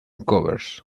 covers